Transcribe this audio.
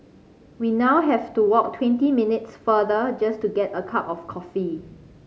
we now have to walk twenty minutes farther just to get a cup of coffee